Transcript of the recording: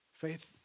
Faith